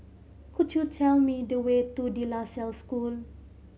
could you tell me the way to De La Salle School